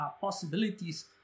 possibilities